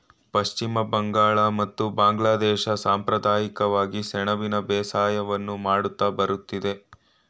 ಪಶ್ಚಿಮ ಬಂಗಾಳ ಮತ್ತು ಬಾಂಗ್ಲಾದೇಶ ಸಂಪ್ರದಾಯಿಕವಾಗಿ ಸೆಣಬಿನ ಬೇಸಾಯವನ್ನು ಮಾಡುತ್ತಾ ಬರುತ್ತಿದೆ